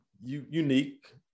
unique